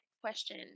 question